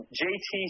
jt